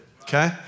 okay